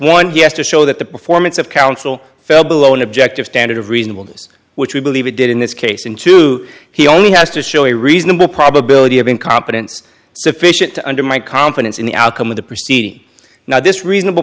yesterday show that the performance of counsel fell below an objective standard of reasonable does which we believe we did in this case in two he only has to show a reasonable probability of incompetence sufficient to undermine confidence in the outcome of the proceeding now this reasonable